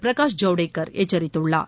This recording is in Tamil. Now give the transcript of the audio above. பிரகாஷ் ஜவுடேகர் எச்சரித்துள்ளார்